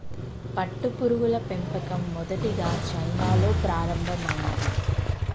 పట్టుపురుగుల పెంపకం మొదటిగా చైనాలో ప్రారంభమైంది